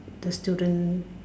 the student